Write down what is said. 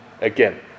again